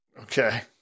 okay